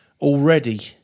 already